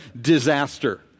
disaster